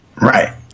Right